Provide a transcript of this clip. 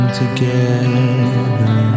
together